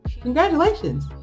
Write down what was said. Congratulations